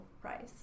price